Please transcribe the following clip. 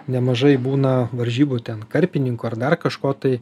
nemažai būna varžybų ten karpininkų ar dar kažko tai